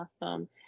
Awesome